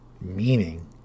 Meaning